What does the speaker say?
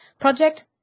project